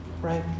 Right